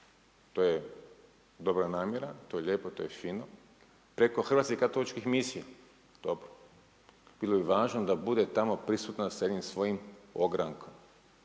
to je dobra namjera, to je lijepo, to je fino. Preko Hrvatskih katoličkih misija, dobro. Bilo bi važno da bude tamo prisutna sa jednim svojim ogrankom,